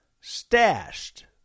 stashed